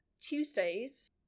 Tuesdays